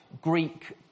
Greek